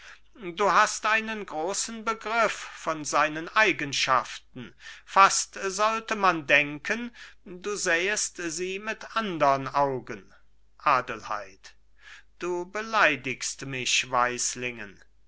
du hast einen großen begriff von seinen eigenschaften fast sollte man denken du sähest sie mit andern augen adelheid du beleidigst mich